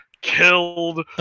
killed